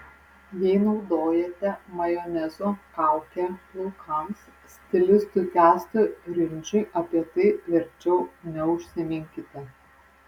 jei naudojate majonezo kaukę plaukams stilistui kęstui rimdžiui apie tai verčiau neužsiminkite